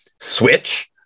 switch